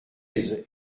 treize